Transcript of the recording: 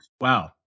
Wow